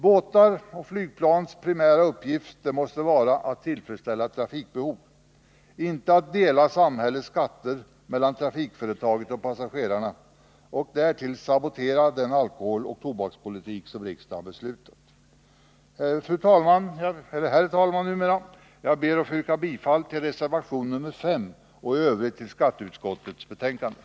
Båtars och flygplans primära uppgift måste vara att tillfredsställa trafikbehov, inte att dela samhällets skatter mellan trafikföretaget och passagerarna och att därtill sabotera den alkoholoch tobakspolitik som riksdagen fattat beslut om. Herr talman! Jag ber att få yrka bifall till reservation 5 och i övrigt till vad skatteutskottet hemställt.